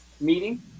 meeting